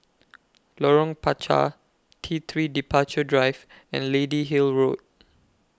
Lorong Panchar T three Departure Drive and Lady Hill Road